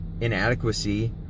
inadequacy